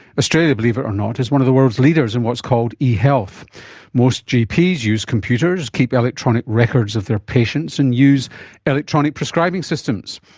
australia, believe it or not, is one of the world's leaders in what's called e-health. most gps use computers, keep electronic records of their patients and use electronic prescribing systems.